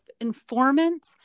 informant